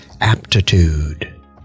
aptitude